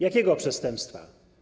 Jakiego przestępstwa?